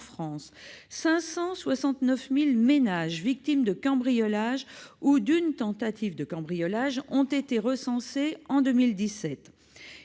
569 000 ménages victimes d'un cambriolage ou d'une tentative de cambriolage ont été recensés en 2017.